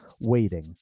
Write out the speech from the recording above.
waiting